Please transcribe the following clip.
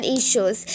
issues